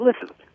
Listen